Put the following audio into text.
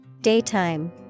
Daytime